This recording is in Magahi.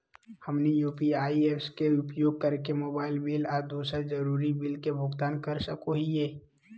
हमनी यू.पी.आई ऐप्स के उपयोग करके मोबाइल बिल आ दूसर जरुरी बिल के भुगतान कर सको हीयई